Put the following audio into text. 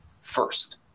first